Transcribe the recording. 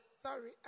Sorry